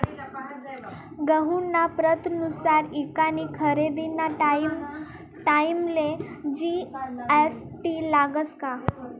गहूना प्रतनुसार ईकानी खरेदीना टाईमले जी.एस.टी लागस का?